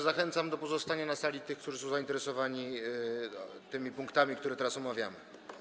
Zachęcam do pozostania na sali tych, którzy są zainteresowani tymi punktami, które teraz omawiamy.